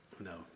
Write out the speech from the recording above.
No